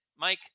Mike